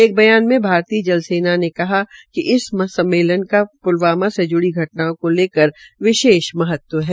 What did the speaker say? एक बयान में भारतीय जल सेना ने कहा है कि इस सम्मेलन का प्लवामा से जुड़ी घटनाओं को लेकर विशेष महत्व है